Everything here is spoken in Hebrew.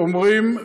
אומרים,